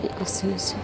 एसेनोसै